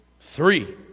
three